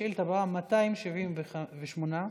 השאילתה הבאה, מס' 278,